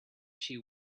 she